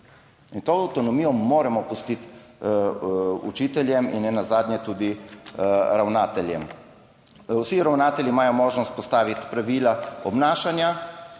To avtonomijo moramo pustiti učiteljem in nenazadnje tudi ravnateljem. Vsi ravnatelji imajo možnost postaviti pravila obnašanja.